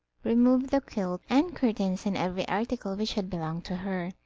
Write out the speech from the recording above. removed the quilt and curtains and every article which had belonged to her.